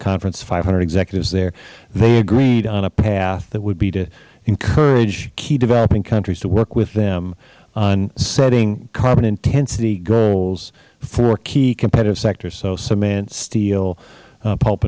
conference with five hundred executives there they agreed on a path that would be to encourage key developing countries to work with them on setting carbon intensity goals for key competitive sectors so cement steel